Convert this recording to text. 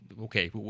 okay